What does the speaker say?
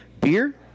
Beer